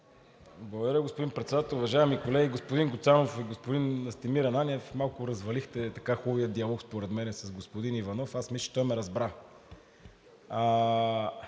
Благодаря, господин Председател. Уважаеми колеги, господин Гуцанов и Ананиев, малко развалихте хубавия диалог според мен с господин Иванов! Аз мисля, че той ме разбра.